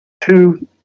two